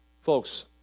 Folks